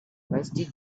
rusty